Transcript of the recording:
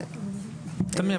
תמי,